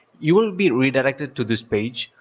you will be redirected to this page,